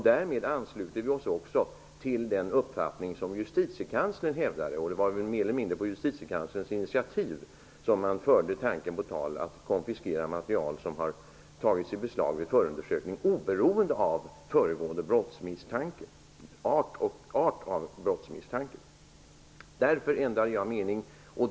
Därmed ansluter vi oss också till den uppfattning Justitiekanslern hävdade. Det var väl mer eller mindre på Justitiekanslerns initiativ som man framförde tanken att konfiskera material som har tagits i beslag vid förundersökning oberoende av den föregående brottsmisstankens art. Därför ändrade jag mening.